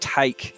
take